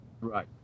right